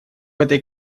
этой